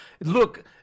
Look